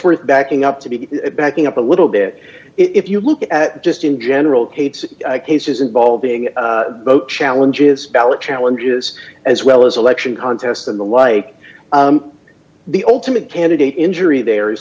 worth backing up to be backing up a little bit if you look at just in general kate's cases involving boat challenges ballot challenges as well as election contests and the like the ultimate candidate injury there is